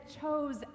chose